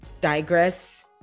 digress